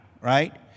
right